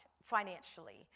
financially